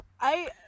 i-